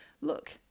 Look